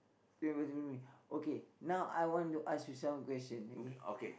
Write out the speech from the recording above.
remember to bring me okay now I want to ask you some question okay